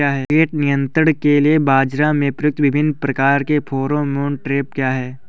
कीट नियंत्रण के लिए बाजरा में प्रयुक्त विभिन्न प्रकार के फेरोमोन ट्रैप क्या है?